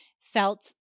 felt